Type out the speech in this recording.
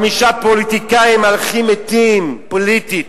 חמישה פוליטיקאים מהלכים מתים פוליטית.